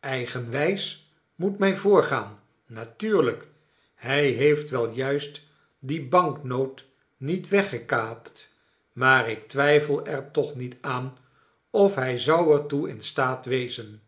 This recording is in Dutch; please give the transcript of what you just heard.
e i g e nwijs moet mij voorgaan natuurlijkl hij heeft wel juist die banknoot niet weggekaapt maar ik twijfel er toch niet aan of hij zou er toe in staat wezen